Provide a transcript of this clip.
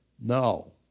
No